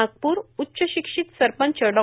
नागपूर उच्चशिक्षित सरपंच डॉ